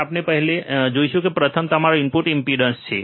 ચાલો આપણે એક પછી એક જોઈએ પ્રથમ કે જે તમારો ઇનપુટ ઇમ્પેડન્સ છે